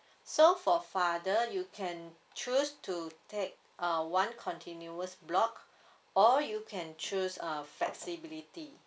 so for father you can choose to take a one continuous block or you can choose uh flexibility